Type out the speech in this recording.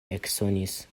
eksonis